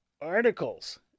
articles